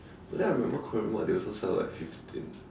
but then I remember Korean what they also sell like fifteen